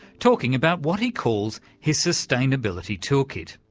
talking about what he calls his sustainability toolkit.